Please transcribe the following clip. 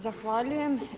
Zahvaljujem.